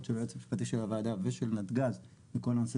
של היועץ המשפטי של הוועדה ושל נתגז בכל הנושא